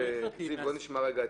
זיו, נשמע רגע את